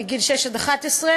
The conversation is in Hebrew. מגיל שש עד 11,